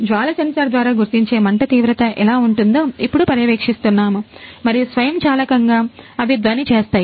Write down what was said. జ్వాల sensor ద్వారా గుర్తించే మంట తీవ్రత ఎలా ఉంటుందో ఇప్పుడు పరీక్షిస్తున్నాము మరియు స్వయంచాలకంగా అవి ధ్వని చేస్తాయి